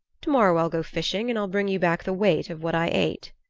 tomorrow i'll go fishing and i'll bring you back the weight of what i ate.